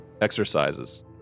exercises